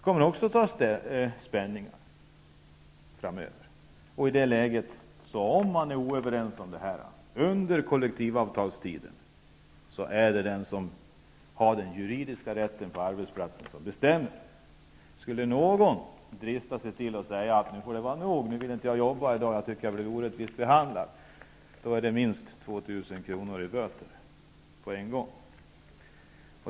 Om man inte är överens under kollektivavtalstiden är det den som har den juridiska rätten på arbetsplatsen som bestämmer. Skulle någon drista sig till att säga att nu får det vara nog, jag vill inte jobba i dag, jag tycker att jag har blivit orättvist behandlad, så blir det minst 2 000 kr. i böter på en gång.